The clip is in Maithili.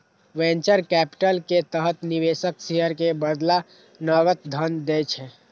वेंचर कैपिटल के तहत निवेशक शेयर के बदला नकद धन दै छै